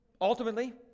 Ultimately